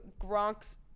Gronk's